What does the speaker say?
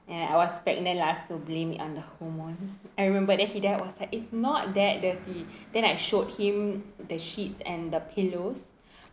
and I was pregnant lah so blame it on the hormones I remember then hidaya was like it's not that dirty then I showed him the sheets and the pillows